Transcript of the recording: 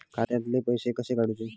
खात्यातले पैसे कसे काडूचे?